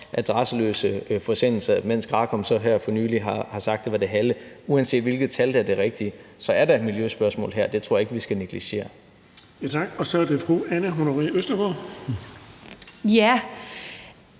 adresseløse forsendelser, mens GRAKOM så her for nylig har sagt, at det var det halve. Uanset hvilket tal der er det rigtige, er der et miljøspørgsmål her, og det tror jeg ikke vi skal negligere. Kl. 19:52 Den fg. formand